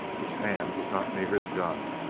his hand was not near his gun.